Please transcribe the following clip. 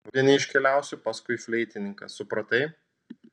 rudenį iškeliausi paskui fleitininką supratai